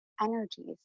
Energies